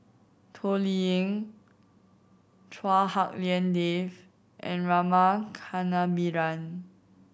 Toh Liying Chua Hak Lien Dave and Rama Kannabiran